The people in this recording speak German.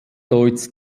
deutz